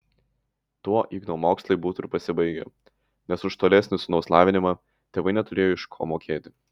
tuo igno mokslai būtų ir pasibaigę nes už tolesnį sūnaus lavinimą tėvai neturėjo iš ko mokėti